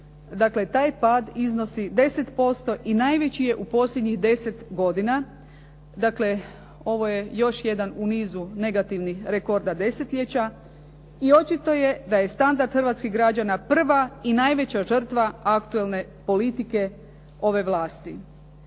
taj pad iznosi 10% i najveći je u posljednjih deset godina. Dakle, ovo je još jedan u nizu negativnih rekorda desetljeća i očito je da je standard hrvatskih građana prva i najveća žrtva aktualne politike ove vlasti.